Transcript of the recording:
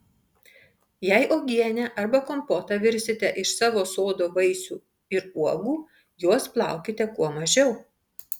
jei uogienę arba kompotą virsite iš savo sodo vaisių ir uogų juos plaukite kuo mažiau